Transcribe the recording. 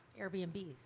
Airbnbs